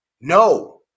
No